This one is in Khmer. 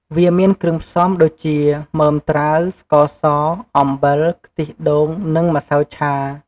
វាមានគ្រឿងផ្សំដូចជា មើមត្រាវ ស្ករស អំបិល ខ្ទិះដូង និង ម្សៅឆា។